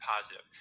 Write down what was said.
positive